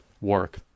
work